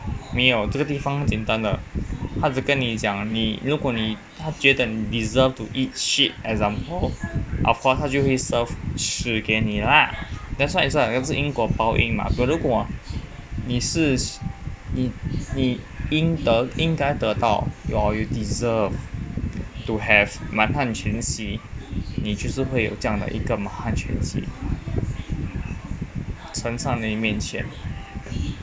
没有这个地方简单的他之跟你讲你如果你他觉得你 deserved to eat shit example of course 他就会 serve 屎给你啦 that's why it's a what 因果报应嘛 but 如果你是你你应得应该得到 or you deserve to have 满汉全席你就是会有这样的一个满汉全席成上你的面前